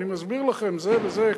אני מסביר לכם זה וזה,